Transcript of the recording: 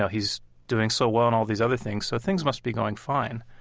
yeah he's doing so well in all these other things, so things must be going fine.